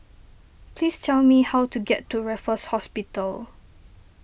please tell me how to get to Raffles Hospital